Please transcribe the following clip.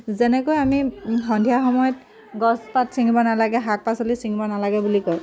যেনেকৈ আমি সন্ধিয়া সময়ত গছপাত ছিঙিব নালাগে শাক পাচলি ছিঙিব নালাগে বুলি কয়